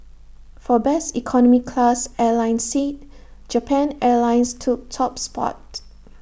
for best economy class airline seat Japan airlines took top spot